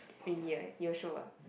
Winnie right you will show ah